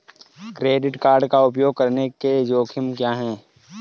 Credit card का उपयोग करने के जोखिम क्या हैं?